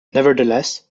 nevertheless